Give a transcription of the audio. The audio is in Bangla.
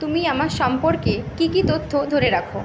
তুমি আমার সম্পর্কে কী কী তথ্য ধরে রাখো